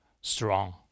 strong